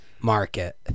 market